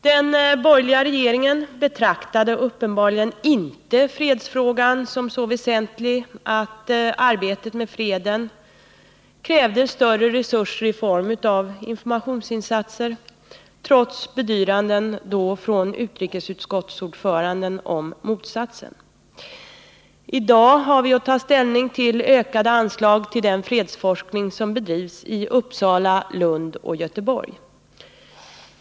Den borgerliga regeringen betraktade uppenbarligen inte fredsfrågan som så väsentlig att arbetet med freden krävde större resurser i form av informationsinsatser, trots bedyranden då från utrikesutskottets ordförande om motsatsen. I dag har vi att ta ställning till ökade anslag till den fredsforskning som bedrivs i Uppsala, Lund och Göteborg.